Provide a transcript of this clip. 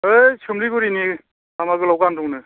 है सोमलिगुरिनि लामा गोलाव गान दंनो